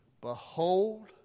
Behold